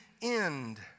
end